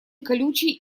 колючий